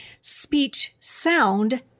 speech-sound